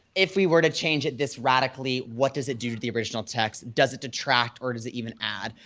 if we were to change it this radically what does it do to the original text? does it detract or does it even add?